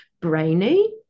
brainy